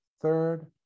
third